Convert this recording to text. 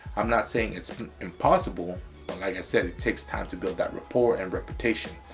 i'm not saying it's impossible, but like i said, it takes time to build that rapport and reputation.